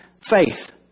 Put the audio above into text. faith